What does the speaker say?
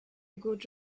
good